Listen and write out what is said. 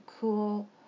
cool